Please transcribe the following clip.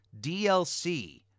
DLC